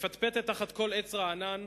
מפטפטת תחת כל עץ רענן,